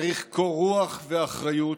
צריך קור רוח ואחריות.